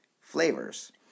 flavors